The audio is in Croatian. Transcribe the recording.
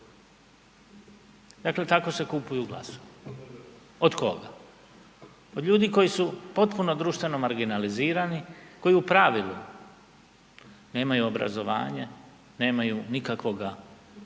Dakle, tako se kupuju glasovi. Od koga? Od ljudi koji su potpuno društveno marginalizirani, koji u pravilu nemaju obrazovanje, nemaju nikakvoga